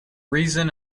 reason